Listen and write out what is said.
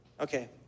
Okay